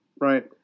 right